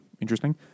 interesting